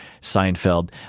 Seinfeld